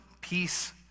Peace